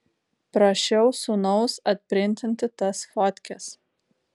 prašiau sūnaus atprintinti tas fotkes